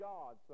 God